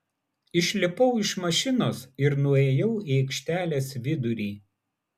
išlipau iš mašinos ir nuėjau į aikštelės vidurį